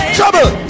Trouble